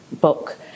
book